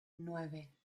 nueve